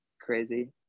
crazy